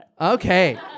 okay